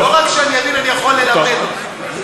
לא רק שאני אבין, אני יכול ללמד אותך.